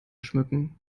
schmücken